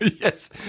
Yes